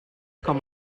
com